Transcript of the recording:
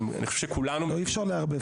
לא, אי אפשר לערבב.